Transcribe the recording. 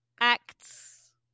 acts